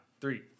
three